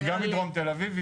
היא גם מדרום תל אביב,